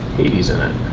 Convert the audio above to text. hades in it.